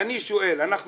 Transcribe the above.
אנחנו בחנוכה.